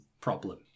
problem